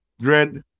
dread